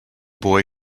boy